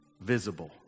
visible